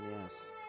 yes